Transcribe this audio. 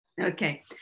Okay